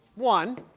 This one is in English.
one